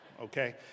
Okay